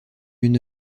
une